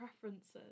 preferences